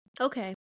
Okay